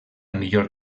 millor